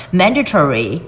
mandatory 。